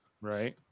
Right